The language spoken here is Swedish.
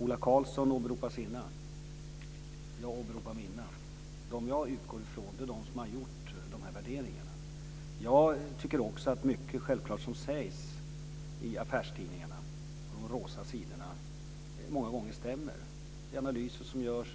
Ola Karlsson åberopar sina, och jag åberopar mina. Jag utgår ifrån dem som har gjort värderingarna. Jag tycker självfallet också att mycket av det som sägs i affärstidningarna och på de rosa sidorna - de analyser och bedömningar som görs - många gånger stämmer.